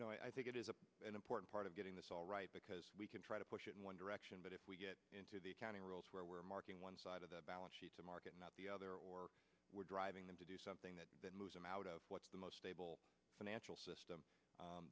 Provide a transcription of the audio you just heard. the no i think it is a an important part of getting this all right because we can try to push it in one direction but if we get into the accounting rules where we're marking one side of the balance sheet to market not the other or we're driving them to do something that moves them out of what's the most stable financial system